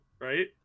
right